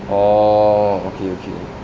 oh okay okay